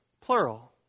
plural